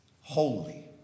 holy